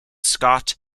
scott